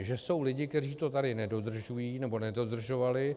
Že jsou lidé, kteří to tady nedodržují nebo nedodržovali.